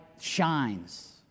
shines